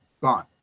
Gone